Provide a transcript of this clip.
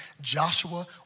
Joshua